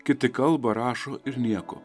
kiti kalba rašo ir nieko